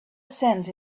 cent